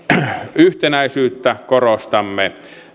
yhtenäisyyttä korostamme